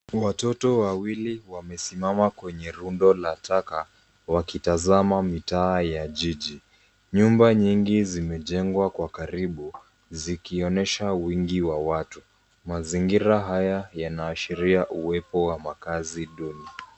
Watoto wawili wamesimama kwenye rundo la taka wakitazama mitaa ya jiji. Nyumba nyingi zimejengwa kwa karibu, zikionyesha wingi wa watu. Mazingira haya yanaashiria uwepo wa makazi duni.